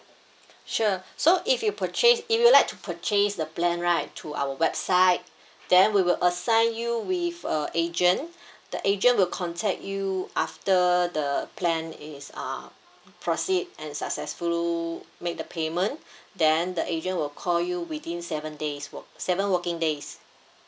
sure so if you purchase if you'd like to purchase the plan right to our website then we will assign you with a agent the agent will contact you after the plan is uh proceed and successful make the payment then the agent will call you within seven days wo~ seven working days